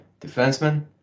Defenseman